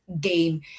game